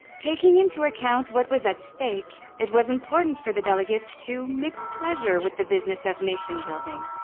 taking into account what was at stake, it was important for the delegates to mix pleasure with the business of nation building.